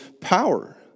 power